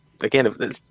again